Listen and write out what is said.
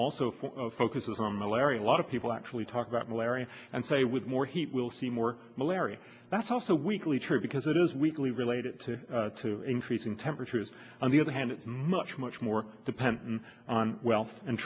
for focuses on malaria a lot of people actually talk about malaria and say with more heat we'll see more malaria that's also weekly trip because it is weakly related to two increasing temperatures on the other hand it's much much more dependent on wealth and